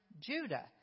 Judah